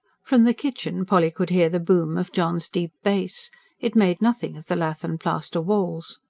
from the kitchen polly could hear the boom of john's deep bass it made nothing of the lath-and-plaster walls.